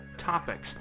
topics